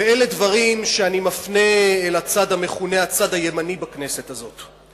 ואלה דברים שאני מפנה אל הצד המכונה הצד הימני בכנסת הזאת.